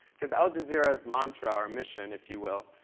because al jazeera's mantra, our mission, if you will,